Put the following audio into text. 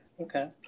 Okay